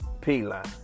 P-Line